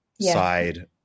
side